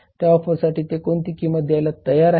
त्या ऑफरसाठी ते कोणती किंमत दयायला तयार आहेत